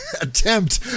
attempt